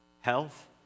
health